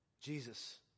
Jesus